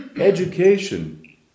education